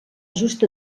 just